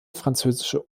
französische